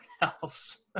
else